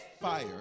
fire